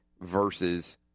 versus